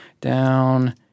down